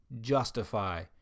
justify